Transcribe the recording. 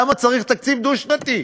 למה צריך תקציב דו-שנתי?